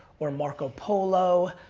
or marco polo,